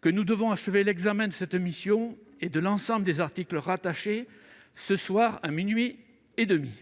que nous devons achever l'examen de cette mission et de l'ensemble des articles rattachés, ce soir, à minuit et demi.